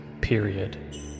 period